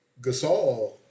Gasol